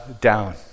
down